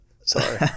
sorry